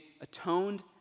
atoned